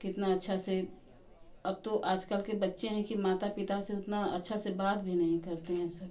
कितना अच्छा है से अब तो आज कल के बच्चें हैं कि माता पिता से उतना अच्छा से बात भी नहीं करते हैं सब